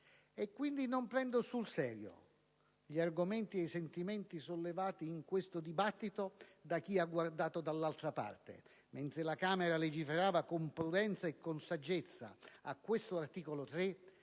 Pertanto, non prendo sul serio gli argomenti e i sentimenti sollevati in questo dibattito da parte di chi ha guardato dall'altra parte mentre la Camera legiferava con prudenza e saggezza sull'articolo 3